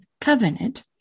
covenant